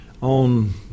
on